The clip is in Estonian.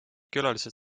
külalised